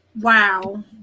Wow